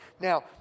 Now